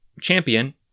champion